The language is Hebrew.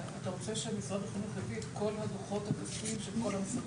אתה רוצה שמשרד החינוך יביא את כל הדוחות הכספיים של כל המוסדות?